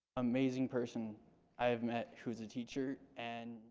amazing person i've met who was a teacher and